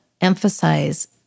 emphasize